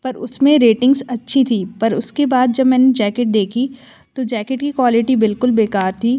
पर उसमें रेटिंग्स अच्छी थी पर उसके बाद जब मैंने जैकेट देखी तो जैकेट की क्वालिटी बिल्कुल बेकार थी